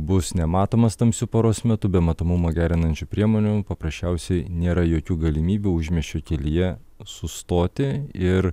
bus nematomas tamsiu paros metu be matomumą gerinančių priemonių paprasčiausiai nėra jokių galimybių užmiesčio kelyje sustoti ir